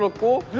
so pork